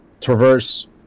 traverse